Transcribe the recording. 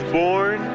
born